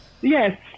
Yes